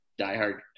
diehard